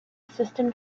system